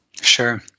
sure